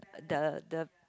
the the